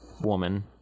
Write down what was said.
woman